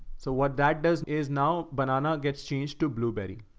so what that does is now banana gets changed to blueberry.